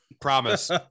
Promise